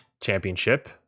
championship